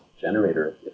generator